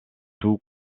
tout